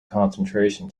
concentration